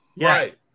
Right